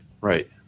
right